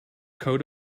coat